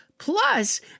Plus